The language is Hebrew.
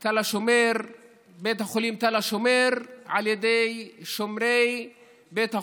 בית החולים תל השומר על ידי שומרי בית החולים,